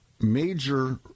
major